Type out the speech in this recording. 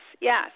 yes